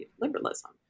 liberalism